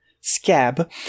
Scab